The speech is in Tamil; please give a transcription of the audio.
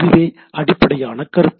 இதுவே அடிப்படையான கருத்து